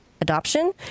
Adoption